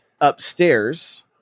upstairs